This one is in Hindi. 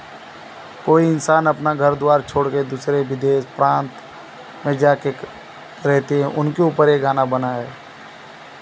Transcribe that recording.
कोई इंसान अपना घर दुआर छोड़ के दूसरे विदेश प्रान्त में जाके रहते हैं उनके ऊपर ये गाना बना है